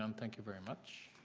um thank you very much.